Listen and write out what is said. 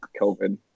covid